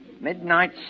Midnight